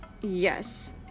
yes